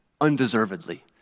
undeservedly